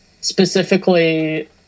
specifically